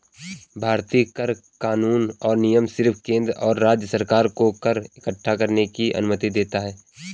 भारतीय कर कानून और नियम सिर्फ केंद्र और राज्य सरकार को कर इक्कठा करने की अनुमति देता है